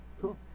Cool